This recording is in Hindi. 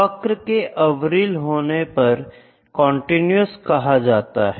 वक्र के अविरल होने पर कंटीन्यूअस कहा जाता है